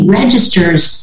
registers